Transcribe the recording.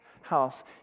house